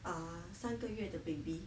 ah 三个月的 baby